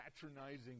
patronizing